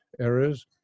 errors